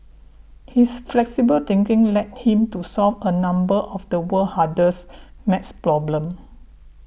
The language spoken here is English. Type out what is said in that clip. his flexible thinking led him to solve a number of the world's hardest math problems